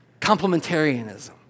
Complementarianism